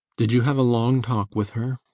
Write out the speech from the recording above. did you have a long talk with her?